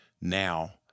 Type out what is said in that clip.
now